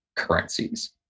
currencies